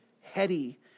heady